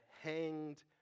hanged